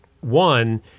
one